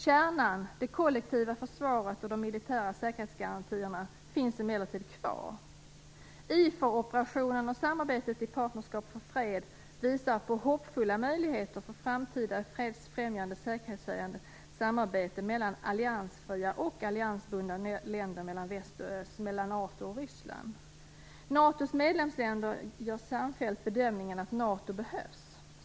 Kärnan, det kollektiva försvaret och de militära säkerhetsgarantierna, finns emellertid kvar. IFOR-operationen och samarbetet i Partnerskap för fred visar på hoppfulla möjligheter för framtida fredsfrämjande säkerhetshöjande samarbete mellan alliansfria och alliansbundna länder mellan väst och öst, mellan NATO och Ryssland. NATO:s medlemsländer gör samfällt bedömningen att NATO behövs.